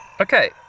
Okay